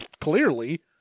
clearly